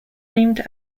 named